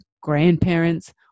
grandparents